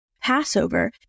Passover